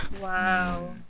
Wow